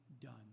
done